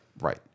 Right